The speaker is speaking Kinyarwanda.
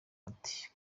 ati